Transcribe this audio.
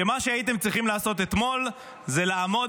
שמה שהייתם צריכים לעשות אתמול הוא לעמוד